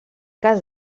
cas